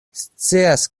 scias